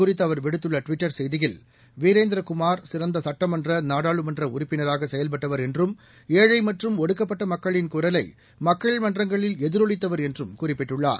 குறித்துஅவர் விடுத்துள்ளடுவிட்டர் செய்தியில் வீரேந்திரகுமார் சிறந்தசட்டமன்ற இவ நாடாளுமன்றஉறுப்பினராகசெயல்பட்டவர் என்றும் ஏழழமற்றும் ஒடுக்கப்பட்டமக்களின் குரலைமக்கள் மன்றங்களில் எதிரொலித்தவர் என்றும் குறிப்பிட்டுள்ளார்